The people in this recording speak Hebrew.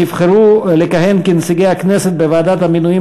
נבחרו לכהן כנציגי הכנסת בוועדת המינויים